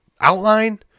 outline